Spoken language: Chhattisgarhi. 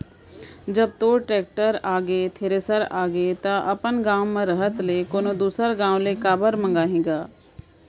जब तोर टेक्टर आगे, थेरेसर आगे त अपन गॉंव म रहत ले कोनों दूसर गॉंव ले काबर बलाही गा?